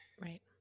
Right